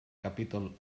capítol